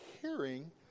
hearing